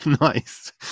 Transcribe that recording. nice